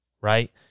Right